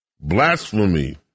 Blasphemy